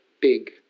big